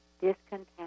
discontent